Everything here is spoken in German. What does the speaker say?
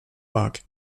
park